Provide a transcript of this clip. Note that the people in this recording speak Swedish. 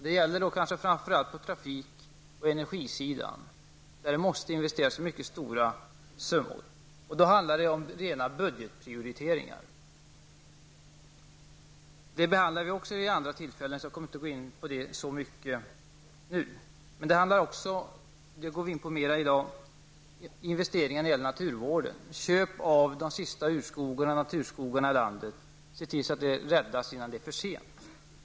Det gäller kanske framför allt på trafik och energisidan, där det måste investeras mycket stora summor. Det handlar då om rena budgetprioriteringar. Även den frågan behandlas vid ett senare tillfälle, varför jag nu inte närmare går in på den saken. Däremot går vi i dag mer in på frågan om investeringar i naturvården. Det gäller köp av de sista naturskogarna och urskogarna i landet, så att dessa räddas innan det är för sent.